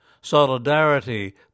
solidarity